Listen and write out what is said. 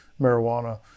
marijuana